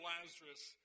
Lazarus